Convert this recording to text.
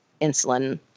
insulin